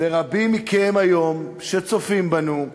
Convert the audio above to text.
ורבים מכם היום, שצופים בנו,